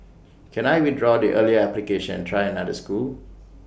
can I withdraw the earlier application try another school